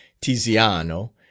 Tiziano